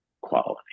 quality